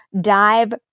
dive